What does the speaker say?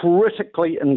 critically